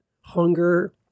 hunger